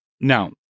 Now